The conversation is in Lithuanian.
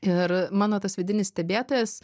ir mano tas vidinis stebėtojas